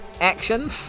action